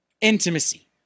intimacy